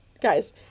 guys